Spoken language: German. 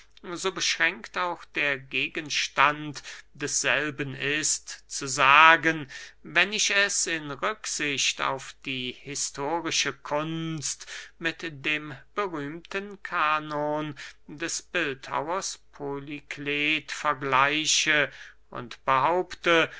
so beschränkt auch der gegenstand desselben ist zu sagen wenn ich es in rücksicht auf die historische kunst mit dein berühmten kanon des bildhauers polyklet vergleiche und behaupte